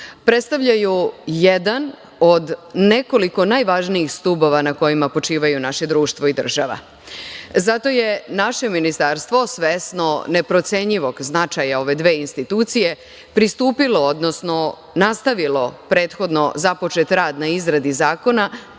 predstavljaju jedan od nekoliko najvažnijih stubova na kojima počivaju naše društvo i država. Zato je naše ministarstvo, svesno neprocenjivog značaja ove dve institucije, pristupilo, odnosno nastavilo prethodno započet rad na izradi zakona,